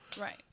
Right